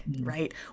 right